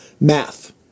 math